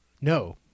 No